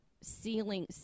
ceiling